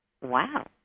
wow